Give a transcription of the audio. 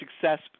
success